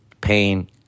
pain